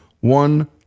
one